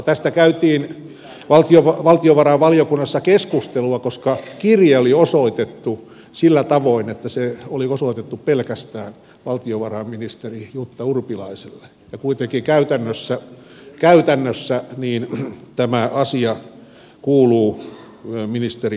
tästä käytiin valtiovarainvaliokunnassa keskustelua koska kirje oli osoitettu sillä tavoin että se oli osoitettu pelkästään valtio varainministeri jutta urpilaiselle ja kuitenkin käytännössä tämä asia kuuluu ministeri häkämiehelle